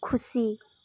खुसी